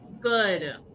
Good